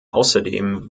außerdem